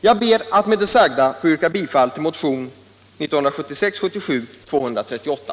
Jag ber att med det sagda få yrka bifall till motionen 1976/77:238.